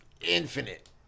infinite